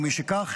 ומשכך,